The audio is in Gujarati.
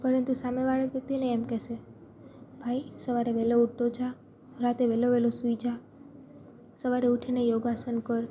પરંતુ સામેવાળી વ્યક્તિને એમ કહેશે ભાઈ સવારે વહેલો ઊઠતો જા રાતે વહેલો વહેલો સૂઈ જા સવારે ઊઠીને યોગાસન કર